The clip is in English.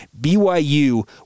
BYU